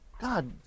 God